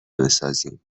بسازیم